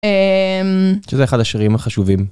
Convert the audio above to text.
שזה אחד השירים החשובים.